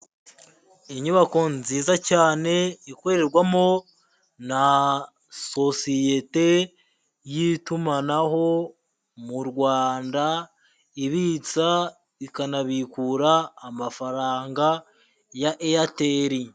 Inyubako nziza cyane ikorerwamo na sosiyete y'itumanaho mu Rwanda, ibitsa ikanabikura, amafaranga ya Airtel.